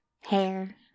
Hair